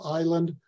island